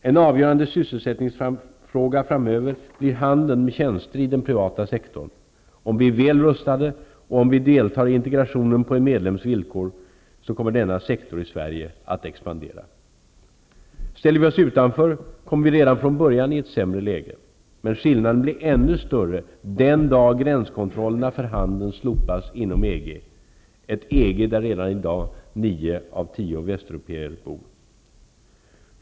En avgörande sysselsättningsfråga framöver blir handeln med tjänster i den privata sektorn. Om vi är väl rustade och om vi deltar i integrationen på en medlems villkor, så kommer denna sektor i Sverige att expandera. Ställer vi oss utanför kommer vi redan från början i ett sämre läge. Men skillnaden blir ännu större den dag gränskontrollen för handeln slopas inom EG -- ett EG där redan i dag nio av tio västeuropéer bor.